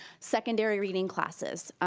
secondary reading classes.